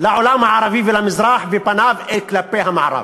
לעולם הערבי ולמזרח, ופניו כלפי המערב.